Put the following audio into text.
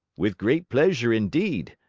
with great pleasure indeed.